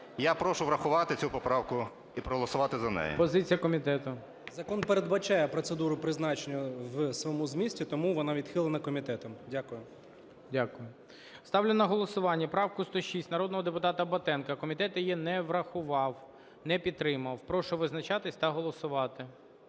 Я прошу врахувати цю поправку і проголосувати за неї. ГОЛОВУЮЧИЙ. Позиція комітету? МОНАСТИРСЬКИЙ Д.А. Закон передбачає процедуру призначення в своєму змісті, тому вона відхилена комітетом. Дякую. ГОЛОВУЮЧИЙ. Дякую. Ставлю на голосування правку 106 народного депутата Батенка, комітет її не врахував, не підтримав. Прошу визначатись та голосувати.